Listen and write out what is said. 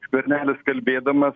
skvernelis kalbėdamas